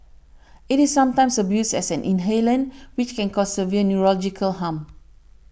it is sometimes abused as an inhalant which can cause severe neurological harm